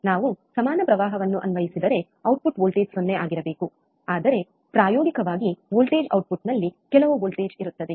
ನಾವು ಸಮಾನ ಪ್ರವಾಹವನ್ನು ಅನ್ವಯಿಸಿದರೆ ಔಟ್ಪುಟ್ ವೋಲ್ಟೇಜ್ 0 ಆಗಿರಬೇಕು ಆದರೆ ಪ್ರಾಯೋಗಿಕವಾಗಿ ವೋಲ್ಟೇಜ್ ಔಟ್ಪುಟ್ನಲ್ಲಿ ಕೆಲವು ವೋಲ್ಟೇಜ್ ಇರುತ್ತದೆ